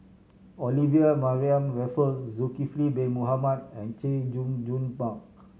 Olivia Mariamne Raffles Zulkifli Bin Mohamed and Chay Jung Jun Mark